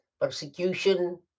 persecution